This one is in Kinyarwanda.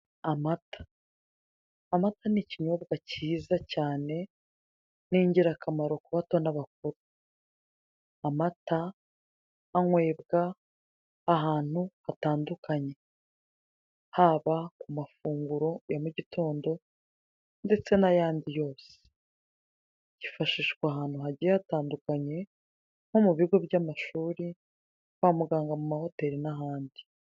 Amata. Amata ni ikinyobwa cyiza cyane, ni ingirakamaro ku bato n'abakuru. Amata anyobwa ahantu hatandukanye, haba ku mafunguro ya mugitondo ndetse n'ayandi yose. Yifashishwa ahantu hagiye hatandukanye nko mu bigo by'amashuri, kwa muganga, mu mahoteli n'ahandi.